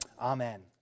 Amen